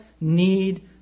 need